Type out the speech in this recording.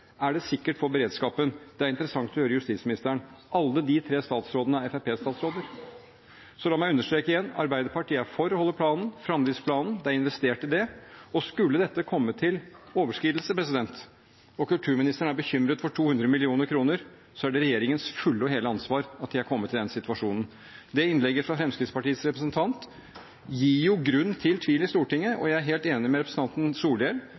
Er det sikkert for beredskapen? Det er interessant å høre justisministeren. Alle de tre statsrådene er FrP-statsråder. Så la meg understreke igjen: Arbeiderpartiet er for å holde framdriftsplanen. Det er investert i det, og skulle det komme til en overskridelse – kulturministeren er bekymret for 200 mill. kr – er det regjeringens fulle og hele ansvar at de er kommet i den situasjonen. Innlegget fra Fremskrittspartiets representant gir jo grunn til tvil i Stortinget. Jeg er helt enig med representanten Solhjell